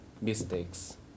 mistakes